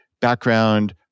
background